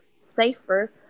safer